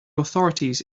authorities